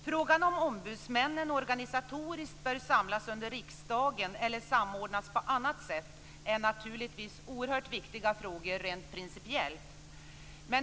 Frågan om ombudsmännen organisatoriskt bör samlas under riksdagen eller samordnas på annat sätt är naturligtvis oerhört viktig rent principiellt.